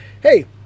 hey